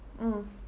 mm